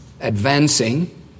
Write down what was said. advancing